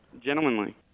Gentlemanly